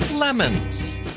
Lemons